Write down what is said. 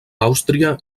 àustria